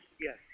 Yes